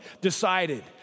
decided